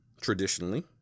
traditionally